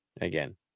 Again